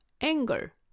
anger